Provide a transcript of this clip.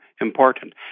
important